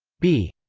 b,